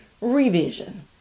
revision